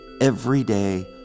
everyday